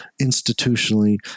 institutionally